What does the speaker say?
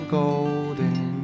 golden